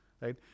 right